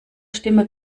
stimme